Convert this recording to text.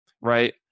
right